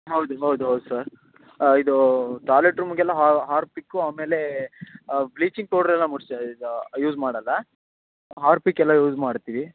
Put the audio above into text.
ಹೌದು ಹೌದು ಹೌದು ಸರ್ ಇದು ಟಾಯ್ಲೆಟ್ ರೂಮಿಗೆಲ್ಲ ಹಾರ್ಪಿಕ್ಕು ಆಮೇಲ್ರ್ ಬ್ಲೀಚಿಂಗ್ ಪೌಡ್ರ್ ಎಲ್ಲ ಮುಟ್ಸ್ ಇದು ಯೂಸ್ ಮಾಡದಾ ಹಾರ್ಪಿಕ್ ಎಲ್ಲ ಯೂಸ್ ಮಾಡ್ತೀವಿ